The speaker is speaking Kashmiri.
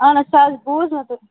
اَہن حظ سُہ حظ بوٗز مےٚ تہٕ